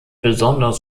besonders